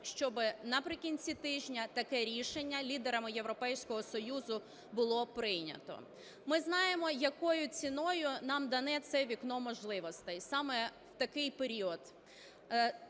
щоби наприкінці тижня таке рішення лідерами Європейського Союзу було прийнято. Ми знаємо, якою ціною нам дане це вікно можливостей саме в такий період.